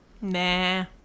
Nah